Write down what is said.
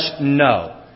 no